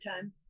time